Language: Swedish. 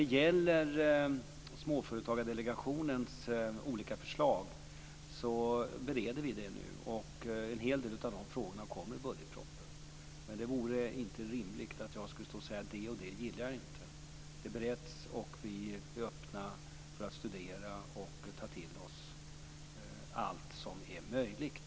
Vi bereder nu Småföretagsdelegationens olika förslag. En hel del av dessa frågor kommer i budgetpropositionen. Men det vore inte rimligt om jag skulle stå och säga att det och det gillar jag inte. Frågorna bereds, och vi är öppna för att studera och ta till oss allt som är möjligt.